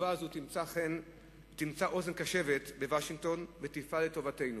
התגובה הזאת תמצא אוזן קשבת בוושינגטון ותפעל לטובתנו,